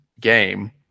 game